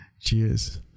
Cheers